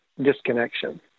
disconnection